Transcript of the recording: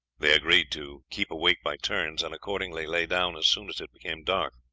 they agreed to keep awake by turns, and accordingly lay down as soon as it became dark,